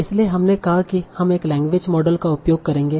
इसलिए हमने कहा कि हम एक लैंग्वेज मॉडल का उपयोग करेंगे